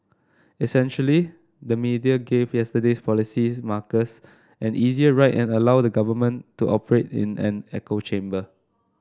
essentially the media gave yesterday's policies markers an easier ride and allowed the government to operate in an echo chamber